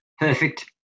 Perfect